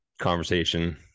conversation